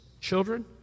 children